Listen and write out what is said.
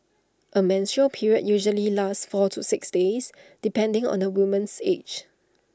A menstrual period usually lasts four to six days depending on the woman's age